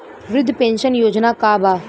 वृद्ध पेंशन योजना का बा?